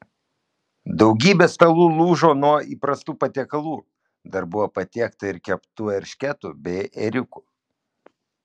daugybė stalų lūžo nuo įprastų patiekalų dar buvo patiekta ir keptų eršketų bei ėriukų